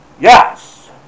Yes